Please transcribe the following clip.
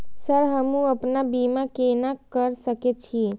Sir हमू अपना बीमा केना कर सके छी?